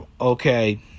okay